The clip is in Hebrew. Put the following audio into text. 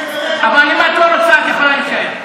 אבל אם את לא רוצה, את יכולה להישאר.